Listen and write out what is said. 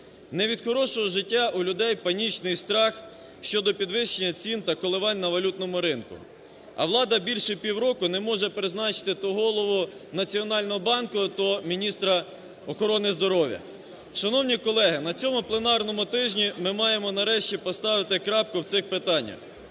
Не від хорошого життя у людей панічний страх щодо підвищення цін та коливань на валютному ринку. А влада більше півроку не може призначити то голову Національного банку, то міністра охорони здоров'я. Шановні колеги, на цьому пленарному тижні ми маємо нарешті поставити крапку в цих питаннях.